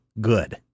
good